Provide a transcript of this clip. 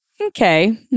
okay